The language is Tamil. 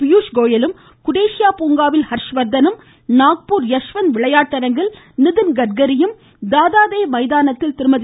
பியூஷ்கோயலும் குடேசியா பூங்காவில் ஹர்ஷ்வர்த்தனும் நாக்பூர் யஷ்வந்த் விளையாட்டரங்கில் நிதின் கட்காரியும் தாதாதேவ் மைதானத்தில் திருமதி